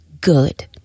good